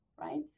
right